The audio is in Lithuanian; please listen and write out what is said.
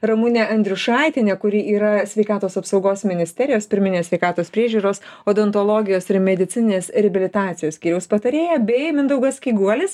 ramunę andriušaitienę kuri yra sveikatos apsaugos ministerijos pirminės sveikatos priežiūros odontologijos ir medicininės reabilitacijos skyriaus patarėja bei mindaugas kyguolis